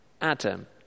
Adam